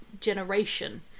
generation